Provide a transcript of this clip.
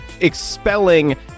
expelling